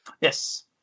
yes